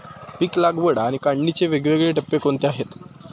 पीक लागवड आणि काढणीचे वेगवेगळे टप्पे कोणते आहेत?